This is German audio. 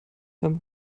haben